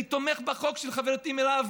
ואני תומך בחוק של חברתי מירב,